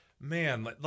man